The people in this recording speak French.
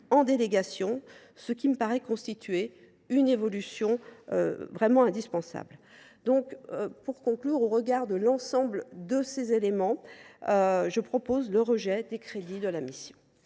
en délégation, ce qui me paraît constituer une évolution indispensable. Au regard de l’ensemble de ces éléments, je propose le rejet des crédits de la mission.